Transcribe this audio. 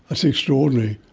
that's extraordinary,